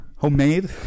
Homemade